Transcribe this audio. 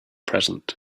present